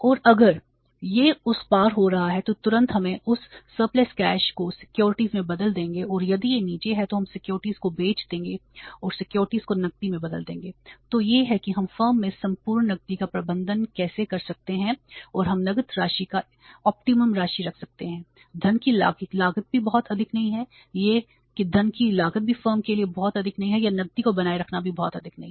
और अगर यह उस पार हो रहा है तो तुरंत हम उस सरप्लस कैश राशि रख सकते हैं धन की लागत भी बहुत अधिक नहीं है एक यह की धन की लागत भी फर्म के लिए बहुत अधिक नहीं है या नकदी को बनाए रखना भी बहुत अधिक नहीं है